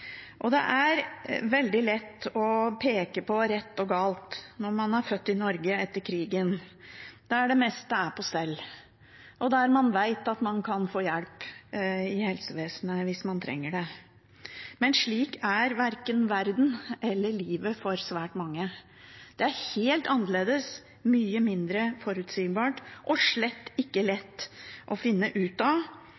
født i Norge etter krigen, der det meste er på stell, og der man vet at man kan få hjelp i helsevesenet hvis man trenger det. Men slik er verken verden eller livet for svært mange. Det er helt annerledes, mye mindre forutsigbart og slett ikke